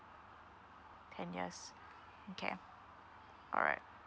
ten years mm K all right